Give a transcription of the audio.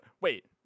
Wait